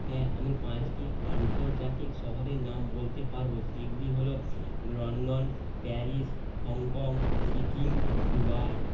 হ্যাঁ আমি পাঁচটি আন্তর্জাতিক শহরের নাম বলতে পারবো সেইগুলি হলো London Paris Hong Kong Sikkim Dubai